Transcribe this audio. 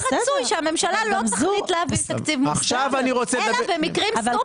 היה רצוי שהממשלה לא תחליט להביא תקציב מוקדם אלא במקרים סופר חריגים.